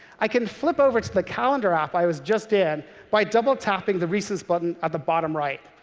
i can flip over to the calendar app i was just in by double-tapping the recents button at the bottom right.